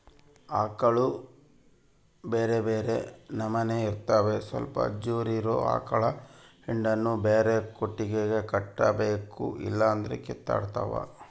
ಆಕಳುಗ ಬ್ಯೆರೆ ಬ್ಯೆರೆ ನಮನೆ ಇರ್ತವ ಸ್ವಲ್ಪ ಜೋರಿರೊ ಆಕಳ ಹಿಂಡನ್ನು ಬ್ಯಾರೆ ಕೊಟ್ಟಿಗೆಗ ಕಟ್ಟಬೇಕು ಇಲ್ಲಂದ್ರ ಕಿತ್ತಾಡ್ತಾವ